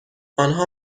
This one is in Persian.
آنها